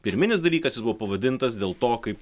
pirminis dalykas jis buvo pavadintas dėl to kaip